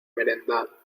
merendar